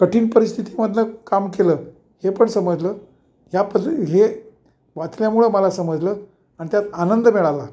कठीण परिस्थितीमधलं काम केलं हे पण समजलं या पद हे वाचल्यामुळं मला समजलं आणि त्यात आनंद मिळाला